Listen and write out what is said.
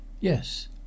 Yes